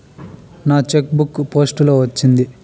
నా cheque book post లో వచ్చింది